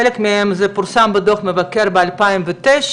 חלק מהם פורסמו בדוח המבקר מ-2009,